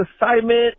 assignment